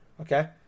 okay